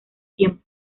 tiempo